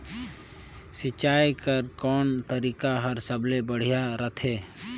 सिंचाई कर कोन तरीका हर सबले सुघ्घर रथे?